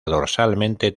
dorsalmente